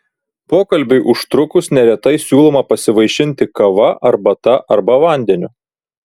pokalbiui užtrukus neretai siūloma pasivaišinti kava arbata arba vandeniu